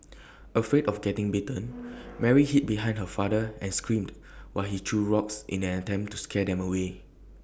afraid of getting bitten Mary hid behind her father and screamed while he threw rocks in an attempt to scare them away